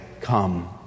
come